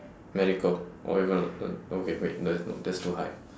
medical or even uh okay wait no that's no that's too high